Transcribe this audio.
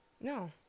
No